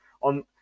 on